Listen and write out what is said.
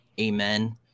Amen